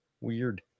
Weird